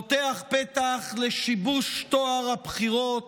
פותח פתח לשיבוש טוהר הבחירות,